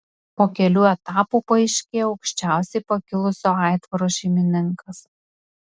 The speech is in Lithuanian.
po kelių etapų paaiškėjo aukščiausiai pakilusio aitvaro šeimininkas